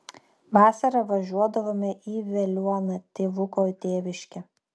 vasarą važiuodavome į veliuoną tėvuko tėviškę